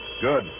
Good